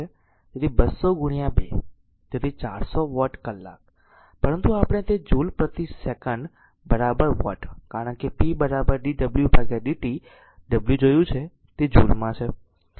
તેથી 200 2 તેથી 400 વોટ કલાક પરંતુ આપણે તે જૂલ પ્રતિ સેકન્ડ વોટ કારણ કે p dwdt w જોયું છે તે જૂલ માં છે